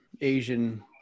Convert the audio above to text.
Asian